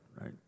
right